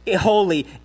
holy